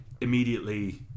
immediately